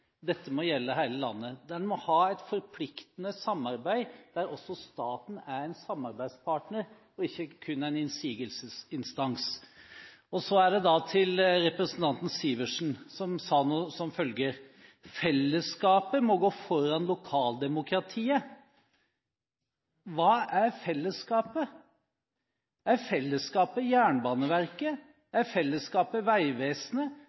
Dette må gjelde hele landet. En må ha et forpliktende samarbeid, der også staten er en samarbeidspartner og ikke kun en innsigelsesinstans. Så til representanten Sivertsen, som sa at fellesskapet må gå foran lokaldemokratiet. Hva er fellesskapet? Er fellesskapet Jernbaneverket, er fellesskapet Vegvesenet,